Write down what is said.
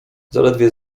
zaledwie